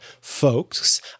folks